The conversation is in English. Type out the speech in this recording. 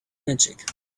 magic